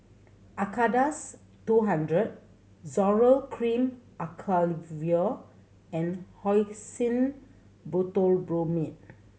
Acardust two hundred Zoral Cream Acyclovir and Hyoscine Butylbromide